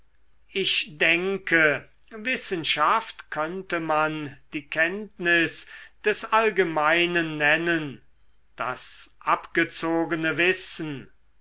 ich denke wissenschaft könnte man die kenntnis des allgemeinen nennen das abgezogene wissen